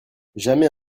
jamais